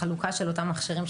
החלוקה של אותם מכשירים,